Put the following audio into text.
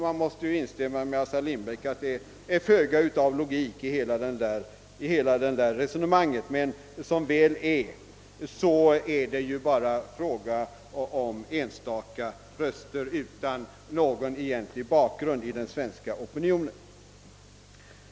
Man måste instämma med Assar Lindbeck i att det ligger föga av logik i det resonemanget. Som väl är rör det sig emellertid där bara om enstaka röster i den svenska opinionen.